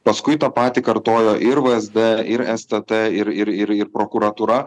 paskui tą patį kartojo ir vsd ir stt ir ir ir ir prokuratūra